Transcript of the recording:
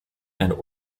and